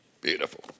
Beautiful